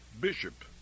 bishop